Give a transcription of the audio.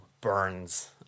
Burns